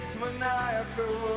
maniacal